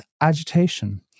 agitation